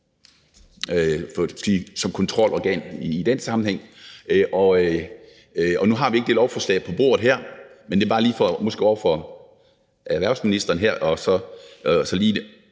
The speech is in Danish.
som kontrolorgan i den sammenhæng. Og nu har vi ikke det lovforslag på bordet her, men det er bare for måske over for erhvervsministeren lige at